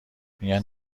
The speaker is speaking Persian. میگن